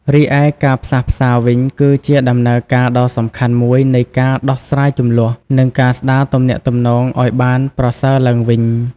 រីឯការផ្សះផ្សាវិញ គឺជាដំណើរការដ៏សំខាន់មួយនៃការដោះស្រាយជម្លោះ និងការស្ដារទំនាក់ទំនងឱ្យបានប្រសើរឡើងវិញ។